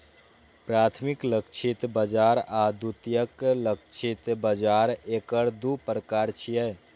प्राथमिक लक्षित बाजार आ द्वितीयक लक्षित बाजार एकर दू प्रकार छियै